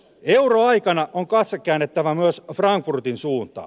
euroaikana on katse käännettävä myös frankfurtin suuntaan